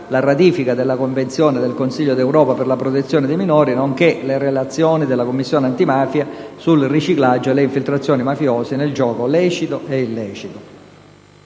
la ratifica della Convenzione del Consiglio d'Europa per la protezione dei minori, nonché le relazioni della Commissione antimafia sul riciclaggio e le infiltrazioni mafiose nel gioco lecito e illecito.